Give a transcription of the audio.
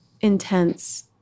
intense